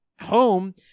home